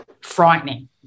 frightening